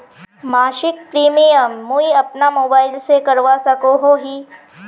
मासिक प्रीमियम मुई अपना मोबाईल से करवा सकोहो ही?